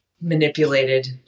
manipulated